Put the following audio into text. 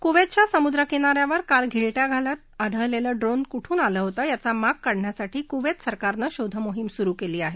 कुवेतच्या समुद्र किनाऱ्यावर काल घिरट्या घालताना आढळलेखीड्रोन कुठून आलं होतं याचा माग काढण्यासाठी कुवेत सरकारनं शोध मोहीम सुरू केली आहे